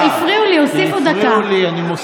הפריעו לי, הוסיפו לי דקה.